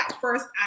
first